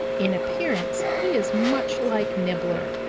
in appearance he is much like nibbler,